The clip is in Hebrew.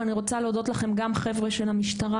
ואני רוצה להודות לכם גם חבר'ה של המשטרה,